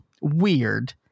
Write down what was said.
weird